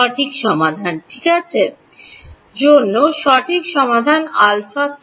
সঠিক সমাধান কি আছে জন্য সঠিক সমাধান α কি